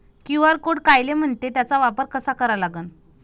QR code कायले म्हनते, त्याचा वापर कसा करा लागन?